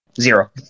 Zero